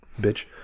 bitch